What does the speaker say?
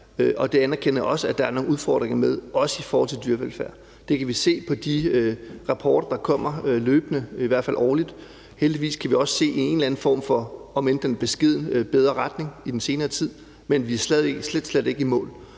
og det anerkender jeg også at der er nogle udfordringer med, også i forhold til dyrevelfærd. Det kan vi se på de rapporter, der kommer løbende, i hvert fald årligt. Heldigvis kan vi også se en eller anden form for, om end den er beskeden, bedre retning i den senere tid, men vi er slet, slet ikke i mål.